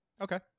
okay